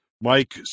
Mike